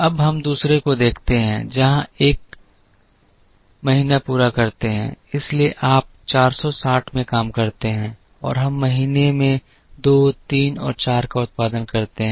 अब हम दूसरे को देखते हैं जहाँ हम एक महीना पूरा करते हैं इसलिए आप 460 में काम करते हैं और हम महीने में 2 3 और 4 का उत्पादन करते हैं